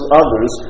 others